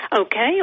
Okay